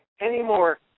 anymore